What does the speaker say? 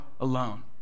alone